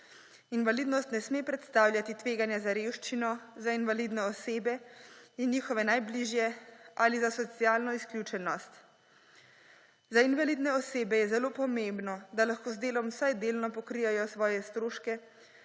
Invalidnost ne sme predstavljati tveganja za revščino za invalidne osebe in njihove najbližje ali za socialno izključenost. Za invalidne osebe je zelo pomembno, da lahko z delom vsaj delno pokrijejo svoje stroške,